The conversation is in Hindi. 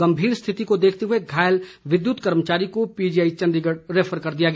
गंभीर स्थिति को देखते हुए घायल विद्यत कर्मचारी को पीजीआई चण्डीगढ़ रैफर कर दिया गया